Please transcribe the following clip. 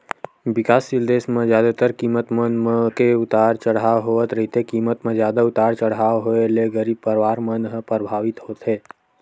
बिकाससील देस म जादातर कीमत मन म के उतार चड़हाव होवत रहिथे कीमत म जादा उतार चड़हाव होय ले गरीब परवार मन ह परभावित होथे